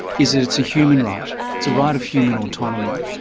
is that it's a human right it's a right of human autonomy,